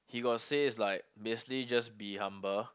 he got say it's like basically just be humble